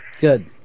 Good